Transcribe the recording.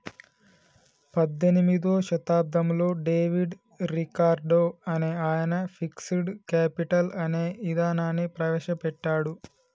పద్దెనిమిదో శతాబ్దంలో David Ricardo అనే ఆయన ఫిక్స్డ్ కేపిటల్ అనే ఇదానాన్ని ప్రవేశ పెట్టాడు